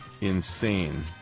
insane